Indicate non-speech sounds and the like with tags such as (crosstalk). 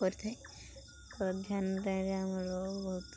କରିଥାଏ (unintelligible) ଧ୍ୟାନ ଟାଇମ୍ରେ ଆମର ବହୁତ